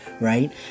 right